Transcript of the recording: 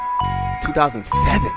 2007